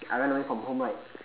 I ran away from home right